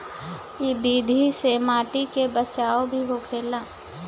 इ विधि से माटी के बचाव भी होखेला